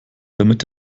damit